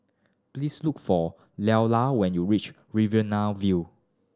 please look for Leola when you reach Riverina View